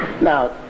Now